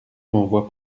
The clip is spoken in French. m’envoie